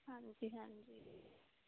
ਹਾਂਜੀ ਹਾਂਜੀ